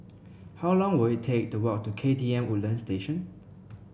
how long will it take to walk to K T M Woodland Station